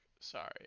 Sorry